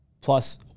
plus